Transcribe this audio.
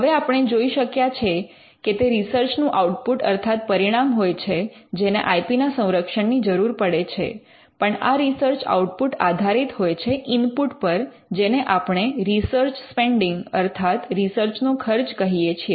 હવે આપણે જોઈ શક્યા છે કે તે રિસર્ચનું આઉટ્પુટ અર્થાત પરિણામ હોય છે જેને આઇ પી ના સંરક્ષણ ની જરૂર પડે છે પણ આ રિસર્ચ આઉટ્પુટ આધારિત હોય છે ઇનપુટ પર જેને આપણે રિસર્ચ સ્પેન્ડિંગ અર્થાત રિસર્ચનો ખર્ચ કહીએ છીએ